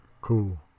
Cool